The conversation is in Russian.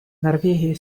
норвегия